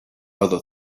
other